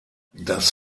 das